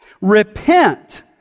Repent